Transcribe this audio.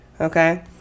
Okay